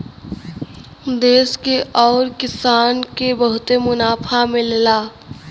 देस के आउर किसान के बहुते मुनाफा मिलला